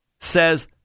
says